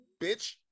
bitch